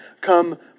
come